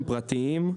הם פרטיים,